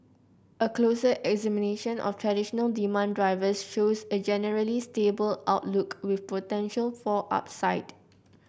a closer examination of traditional demand drivers shows a generally stable outlook with potential for upside